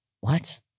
what